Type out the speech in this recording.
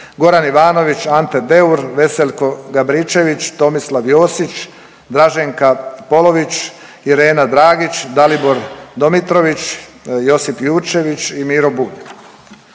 Goran Ivanović, Ante Deur, Veselko Gabričević, Tomislav Josić, Draženka Polović, Irena Dragić, Dalibor Domitrović, Josip Jurčević i Miro Bulj.